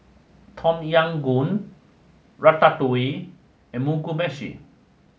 Tom Yam Goong Ratatouille and Mugi meshi